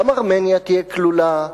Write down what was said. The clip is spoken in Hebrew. גם ארמניה תהיה כלולה,